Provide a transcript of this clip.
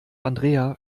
andrea